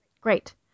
Great